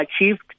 achieved